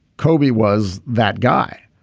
kobe was that guy.